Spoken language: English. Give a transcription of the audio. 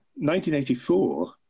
1984